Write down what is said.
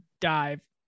dive